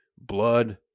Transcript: blood